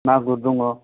मागुर दङ